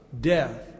death